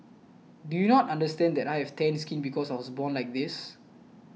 do you not understand that I have tanned skin because was born like this